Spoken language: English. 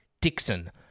Dixon